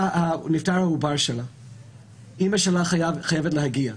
העובר שלה נפטר ואימא שלה חייבת להגיע.